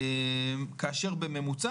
כאשר בממוצע,